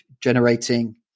generating